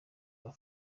muri